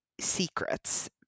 secrets